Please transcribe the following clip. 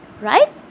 Right